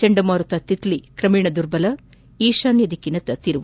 ಚಂಡಮಾರುತ ತಿತ್ಲಿ ಕ್ರಮೇಣ ದುರ್ಬಲ ಈಶಾನ್ಯ ದಿಕ್ಕಿನತ್ತ ತಿರುವು